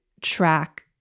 track